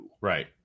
Right